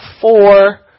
four